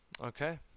Okay